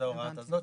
זו ההוראה הזאת,